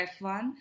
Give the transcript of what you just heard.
F1